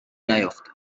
نیفتاد